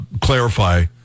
clarify